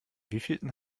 wievielten